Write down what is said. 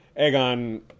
Aegon